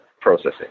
processing